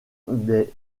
des